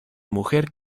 mujer